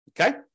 Okay